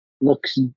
looks